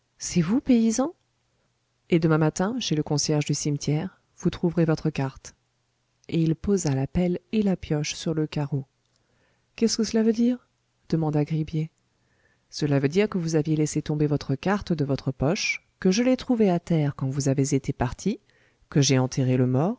c'est vous paysan et demain matin chez le concierge du cimetière vous trouverez votre carte et il posa la pelle et la pioche sur le carreau qu'est-ce que cela veut dire demanda gribier cela veut dire que vous aviez laissé tomber votre carte de votre poche que je l'ai trouvée à terre quand vous avez été parti que j'ai enterré le mort